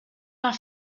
war